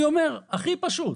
אני אומר הכי פשוט: